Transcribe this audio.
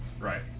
Right